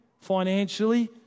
financially